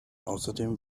außerdem